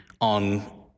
on